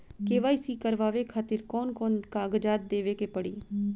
KYC करवावे खातिर कौन कौन कागजात देवे के पड़ी?